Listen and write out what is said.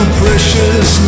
precious